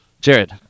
Jared